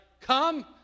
come